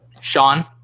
Sean